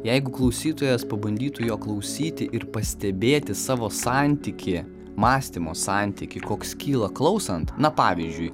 jeigu klausytojas pabandytų jo klausyti ir pastebėti savo santykį mąstymo santykį koks kyla klausant na pavyzdžiui